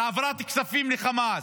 על העברת כספים לחמאס.